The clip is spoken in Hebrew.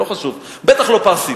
לא חשוב, בטח לא פרסי.